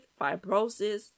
fibrosis